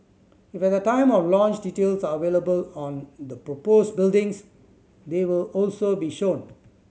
if at the time of launch details are available on the proposed buildings they will also be shown